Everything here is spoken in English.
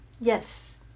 Yes